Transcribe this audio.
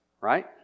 Right